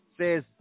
says